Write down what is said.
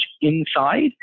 inside